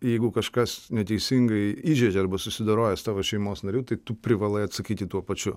jeigu kažkas neteisingai įžeidžia arba susidoroja su tavo šeimos nariu tai tu privalai atsakyti tuo pačiu